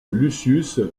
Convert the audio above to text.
lucius